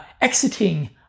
exiting